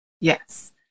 Yes